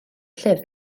llyfr